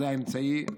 זה האמצעי,